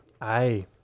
Aye